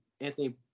Anthony